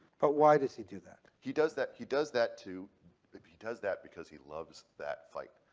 but why does he do that? he does that he does that to he does that because he loves that fight.